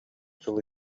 сыл